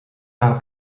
cal